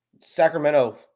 Sacramento